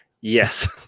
Yes